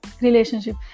relationship